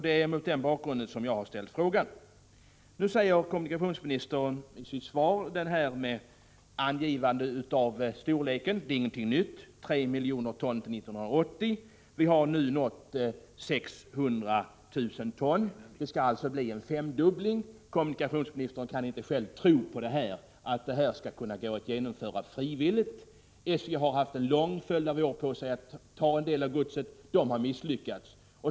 Det är mot denna bakgrund som jag har ställt frågan. Kommunikationsministern säger i sitt svar att storleken på den årliga volymen skall vara 3 miljoner ton år 1990. Det är ingenting nytt. Man har nu uppnått 600 000 ton. Det skall alltså bli en femdubbling. Kommunikationsministern kan väl själv inte tro att detta skulle kunna genomföras på frivillig väg. SJ har haft en lång följd av år på sig att överta transporten av en del av godset, men man har misslyckats.